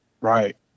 Right